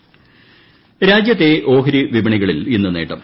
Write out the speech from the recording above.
ഓഹരി വിപണി രാജ്യത്തെ ഓഹരി വിപ്ണികളിൽ ഇന്ന് നേട്ടം